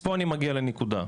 פה אני מגיע לנקודה.